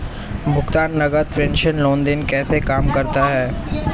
भुगतान नकद प्रेषण लेनदेन कैसे काम करता है?